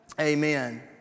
Amen